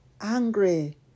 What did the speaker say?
angry